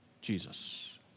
Jesus